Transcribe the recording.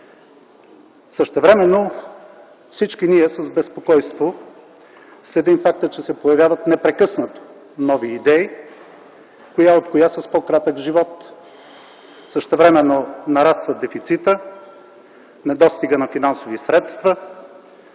Същевременно всички ние с безпокойство следим факта, че се появяват непрекъснато нови идеи – коя от коя с по-кратък живот. Същевременно нараства дефицитът; недостигът на финансови средства;